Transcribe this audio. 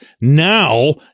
Now